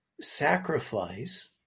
sacrifice